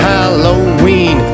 Halloween